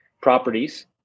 properties